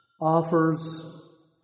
offers